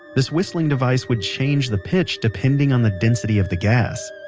this whistling device would change the pitch depending on the density of the gas.